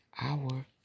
hour